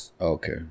Okay